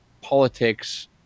politics